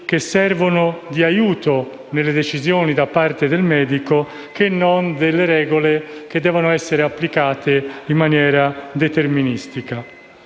strumenti di aiuto nelle decisioni del medico e non delle regole che devono essere applicate in maniera deterministica.